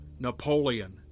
Napoleon